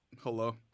hello